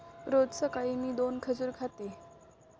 रोज सकाळी मी दोन खजूर खाते